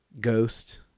ghost